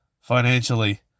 financially